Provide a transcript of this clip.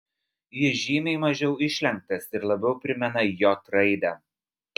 jis žymiai mažiau išlenktas ir labiau primena j raidę